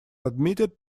admitted